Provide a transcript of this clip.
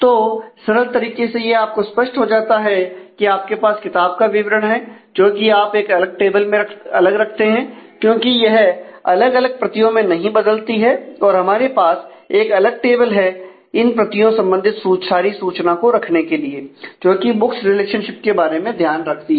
तो सरल तरीके से यह आपको स्पष्ट हो जाता है कि आपके पास किताब का विवरण है जो कि आप एक अलग टेबल में अलग रखते हैं क्योंकि यह अलग अलग प्रतियों में नहीं बदलती है और हमारे पास एक अलग टेबल है इन प्रतियों संबंधित सारी सूचना को रखने के लिए जोकि बुक्स रिलेशनशिप के बारे में ध्यान रखती है